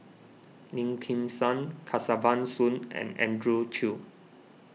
Lim Kim San Kesavan Soon and Andrew Chew